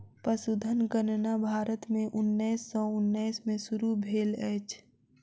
पशुधन गणना भारत में उन्नैस सौ उन्नैस में शुरू भेल अछि